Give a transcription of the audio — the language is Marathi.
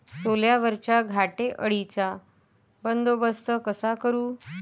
सोल्यावरच्या घाटे अळीचा बंदोबस्त कसा करू?